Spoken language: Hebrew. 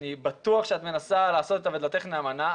אני בטוח שאת מנסה לעשות את עבודתך נאמנה,